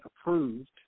approved